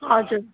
हजुर